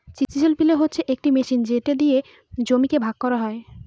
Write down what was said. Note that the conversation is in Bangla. চিসেল পিলও হচ্ছে মেশিন যেটা দিয়ে জমিকে ভাগ করা হয়